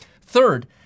Third